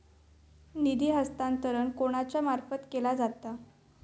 निधी हस्तांतरण कोणाच्या मार्फत केला जाता?